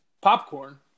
Popcorn